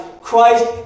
Christ